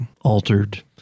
altered